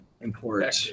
Import